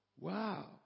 wow